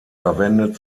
verwendet